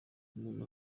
umuntu